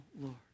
Lord